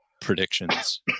predictions